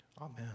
Amen